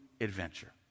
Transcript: adventure